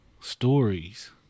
stories